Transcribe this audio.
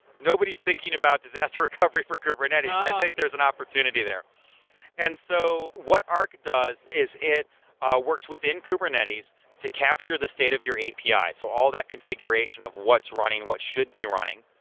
nobody's thinking about disaster recovery for kubernetes. i think there's an opportunity there and so what ark does is it works within kubernetes to capture the state of your api, so all that configuration of what's running, what should be running.